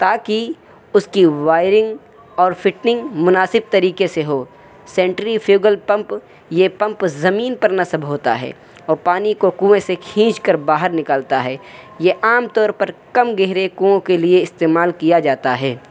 تاکہ اس کی وائرنگ اور فٹنگ مناسب طریقے سے ہو سینٹریفیوگل پمپ یہ پمپ زمین پر نصب ہوتا ہے اور پانی کو کنویں سے کھینچ کر باہر نکالتا ہے یہ عام طور پر کم گہرے کنوؤں کے لیے استعمال کیا جاتا ہے